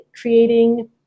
creating